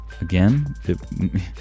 Again